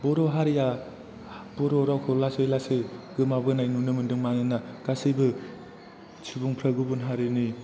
बर' हारिया बर' रावखौ लासै लासै गोमाबोनाय नुनो मोन्दों मानोना गासैबो सुबुंफ्रा गुबुन हारिनि